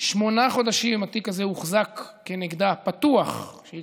שמונה חודשים התיק הזה הוחזק פתוח כנגדה כשהיא,